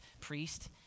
priest